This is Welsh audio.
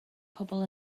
pobl